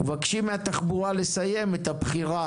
אנחנו מבקשים מהתחבורה לסיים את הבחירה